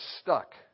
stuck